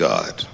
God